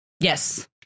yes